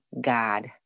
God